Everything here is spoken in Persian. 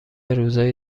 روزای